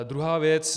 Druhá věc.